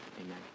amen